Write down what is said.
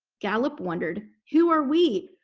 gallup wondered, who are we,